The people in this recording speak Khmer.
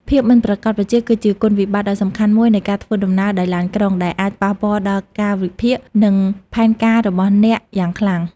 ភាពមិនប្រាកដប្រជា គឺជាគុណវិបត្តិដ៏សំខាន់មួយនៃការធ្វើដំណើរដោយឡានក្រុង ដែលអាចប៉ះពាល់ដល់កាលវិភាគ និងផែនការរបស់អ្នកយ៉ាងខ្លាំង។